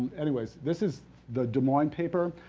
anyways, this is the des moines paper.